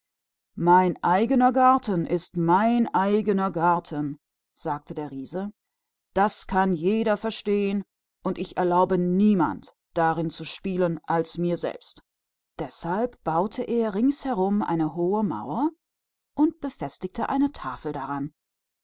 mein garten das ist mein garten sagte der riese das sieht jeder ein und ich erlaube niemandem sonst darin zu spielen als mir selber also baute er eine mächtige mauer ringsum und stellte eine